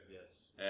Yes